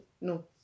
no